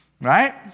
Right